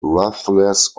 ruthless